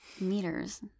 Meters